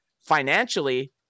financially